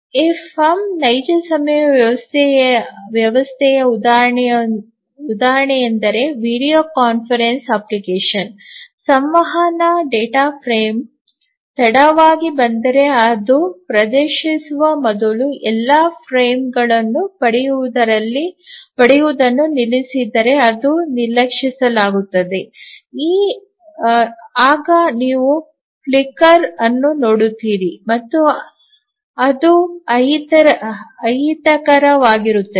A firm ನೈಜ ಸಮಯ ವ್ಯವಸ್ಥೆಯ ಉದಾಹರಣೆಯೆಂದರೆ ವೀಡಿಯೊ ಕಾನ್ಫರೆನ್ಸಿಂಗ್ ಅಪ್ಲಿಕೇಶನ್ ಸಂವಹನ ಡೇಟಾ ಫ್ರೇಮ್ ತಡವಾಗಿ ಬಂದರೆ ಅದು ಪ್ರದರ್ಶಿಸುವ ಮೊದಲು ಎಲ್ಲಾ ಫ್ರೇಮ್ಗಳನ್ನು ಪಡೆಯುವುದನ್ನು ನಿಲ್ಲಿಸಿದರೆ ಅದನ್ನು ನಿರ್ಲಕ್ಷಿಸಲಾಗುತ್ತದೆ ಆಗ ನೀವು ಫ್ಲಿಕರ್ ಅನ್ನು ನೋಡುತ್ತೀರಿ ಮತ್ತು ಅದು ಅಹಿತಕರವಾಗಿರುತ್ತದೆ